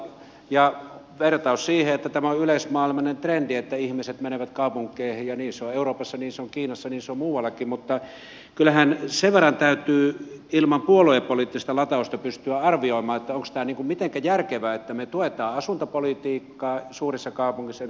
vertaus oli siihen että tämä on yleismaailmallinen trendi että ihmiset menevät kaupunkeihin ja niin se on euroopassa niin se on kiinassa niin se on muuallakin mutta kyllähän sen verran täytyy ilman puoluepoliittista latausta pystyä arvioimaan miten järkevää tämä on että me tuemme asuntopolitiikkaa suurissa kaupungeissa esimerkiksi pääkaupunkiseudulla